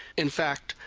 in fact,